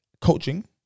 coaching